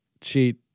cheat